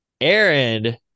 Aaron